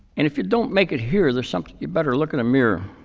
and if you don't make it here, there's something you better look in a mirror.